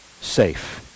safe